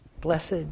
Blessed